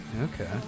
Okay